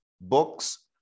books